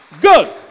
Good